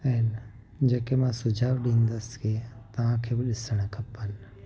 आहिनि जेके मां सुझाव ॾींदसि की तव्हांखे बि ॾिसणु खपनि